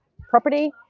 property